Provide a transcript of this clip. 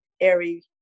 airy